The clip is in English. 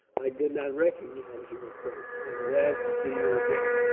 i did not recognize you, at first. i am glad to see you again.